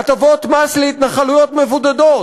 הטבות מס להתנחלויות מבודדות.